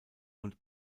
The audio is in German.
und